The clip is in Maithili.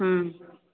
हूँ